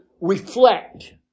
reflect